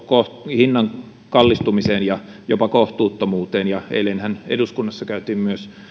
hinnan kallistumiseen ja jopa kohtuuttomuuteen eilenhän eduskunnassa käytiin myös